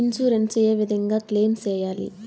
Insurance ఏ విధంగా claim సేయాలి?